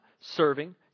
serving